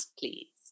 please